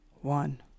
one